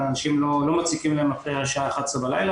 לא מציקים לאנשים אחרי השעה 23:00 בלילה